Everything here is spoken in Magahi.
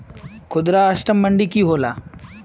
खुदरा असटर मंडी की होला?